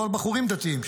לא על בחורים דתיים,